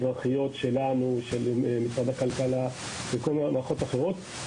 גם מערכות אזרחיות שלנו ושל משרד הכלכלה וכל מיני מערכות אחרות.